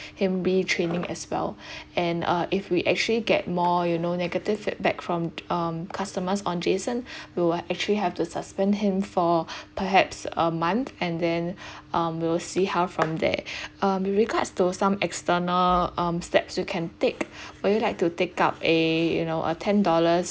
him retraining as well and uh if we actually get more you know negative feedback from um customers on jason we will actually have to suspend him for perhaps a month and then um we'll see how from there uh with regards to some external um steps we can take will you like to take up a you know a ten dollars